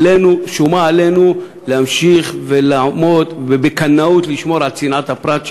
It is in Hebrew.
שומה עלינו להמשיך ולעמוד ולשמור בקנאות על צנעת הפרט.